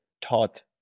taught